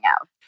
out